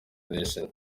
nation